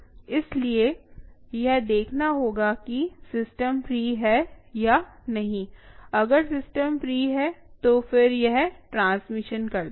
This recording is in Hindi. इसलिए यह देखना होगा कि सिस्टम फ्री है या नहीं अगर सिस्टम फ्री है तो फिर यह ट्रांसमिशन करता है